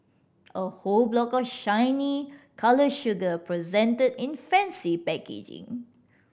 a whole block of shiny coloured sugar presented in fancy packaging